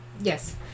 yes